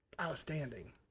outstanding